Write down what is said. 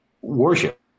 worship